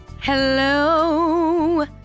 Hello